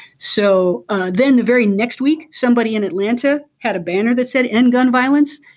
so then the very next week somebody in atlanta had a banner that said end gun violence.